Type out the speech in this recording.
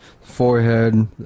forehead